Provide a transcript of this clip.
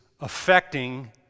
affecting